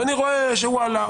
ואני רואה שהוא עלה,